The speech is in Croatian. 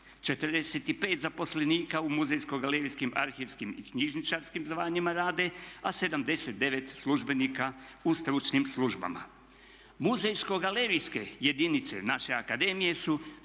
45 zaposlenika u muzejsko-galerijskim, arhivskim i knjižničarskim zvanjima rade a 79 službenika u stručnim službama. Muzejsko-galerijske jedinice naše akademije su